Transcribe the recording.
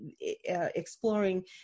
exploring